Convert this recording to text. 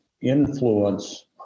influence